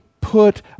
put